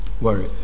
worry